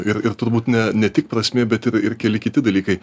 ir ir turbūt ne ne tik prasmė bet ir ir keli kiti dalykai